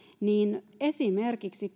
esimerkiksi